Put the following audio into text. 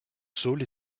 saule